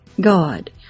God